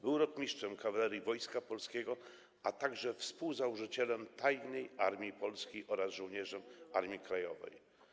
Był rotmistrzem kawalerii Wojska Polskiego, a także współzałożycielem Tajnej Armii Polskiej oraz żołnierzem Armii Krajowej.